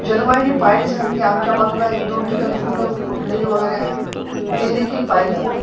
जलवाहिनी पाहिली सर कि आमच्या बाजूला एक दोन ठिकाणी कुठं फुटलेली वगैरे आहे का ते देखील पाहिलं